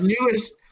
newest